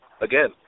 again